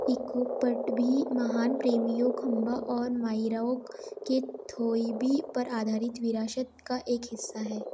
इकोप पट भी महान प्रेमियो खंभा और माइराओग के थोइबी पर आधारित विरासत का एक हिस्सा है